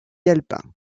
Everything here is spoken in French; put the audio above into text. alpin